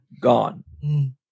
gone